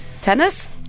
Tennis